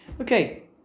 okay